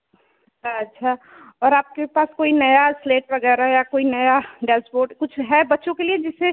अच्छा और आपके कोई नया स्लेट वगैरह या कोई नया डेस्क बोर्ड कुछ है बच्चों के लिए जिससे